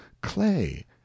clay